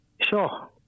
Sure